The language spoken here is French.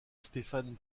stéphane